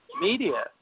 media